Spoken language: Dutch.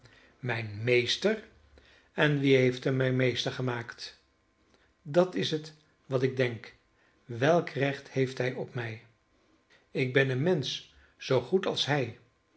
mijn meester en wie heeft hem mijn meester gemaakt dat is het wat ik denk welk recht heeft hij op mij ik ben een mensch zoo goed als hij